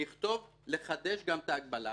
נכתוב לחדש את ההגבלה,